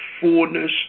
fullness